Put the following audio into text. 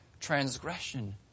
transgression